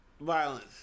violence